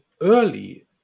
early